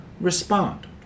respond